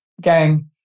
gang